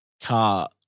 car